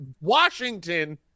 Washington